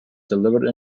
delivered